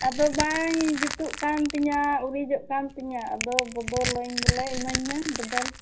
ᱟᱫᱚ ᱵᱟᱝ ᱡᱩᱛᱩᱜ ᱠᱟᱱ ᱛᱤᱧᱟ ᱩᱨᱤᱡᱚᱜ ᱠᱟᱱ ᱛᱤᱧᱟᱹ ᱟᱫᱚ ᱵᱚᱫᱚᱞᱟᱹᱧ ᱵᱚᱞᱮ ᱮᱢᱟᱹᱧ ᱢᱮ ᱵᱚᱫᱚᱞ